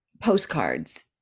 postcards